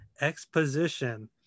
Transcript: exposition